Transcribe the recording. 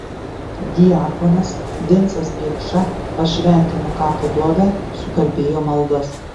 diakonas vincas biekša pašventino kapo duobę sukalbėjo maldas